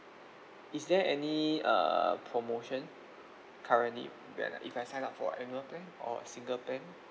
is there any err promotion currently when I if I sign up for annual plan or a single plan